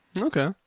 okay